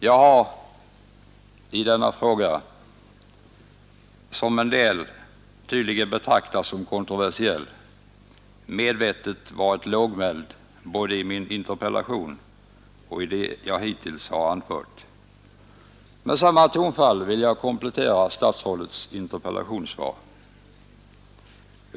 Jag har i denna fråga, som en del tydligen betraktar som kontroversiell, medvetet varit lågmäld både i min interpellation och i det jag hittills anfört. Med samma tonfall vill jag komplettera statsrådets interpellationssvar.